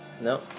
No